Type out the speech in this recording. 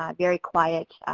um very quiet,